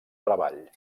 treball